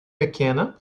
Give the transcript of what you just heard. pequena